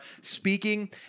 speaking